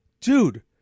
dude